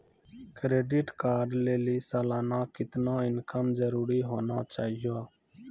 Credit card लय लेली सालाना कितना इनकम जरूरी होना चहियों?